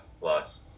plus